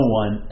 one